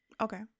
Okay